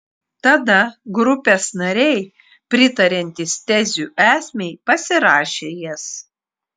tada grupės nariai pritariantys tezių esmei pasirašė jas